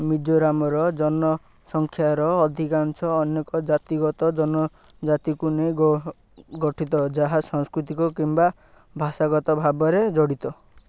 ମିଜୋରାମର ଜନସଂଖ୍ୟାର ଅଧିକାଂଶ ଅନେକ ଜାତିଗତ ଜନଜାତିକୁ ନେଇ ଗଠିତ ଯାହା ସାଂସ୍କୃତିକ କିମ୍ବା ଭାଷାଗତ ଭାବରେ ଜଡ଼ିତ